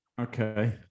Okay